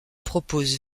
propose